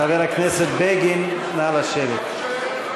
חבר הכנסת בגין, נא לשבת.